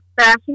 fashion